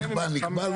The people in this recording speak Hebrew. נקבע, נקבע.